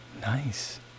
Nice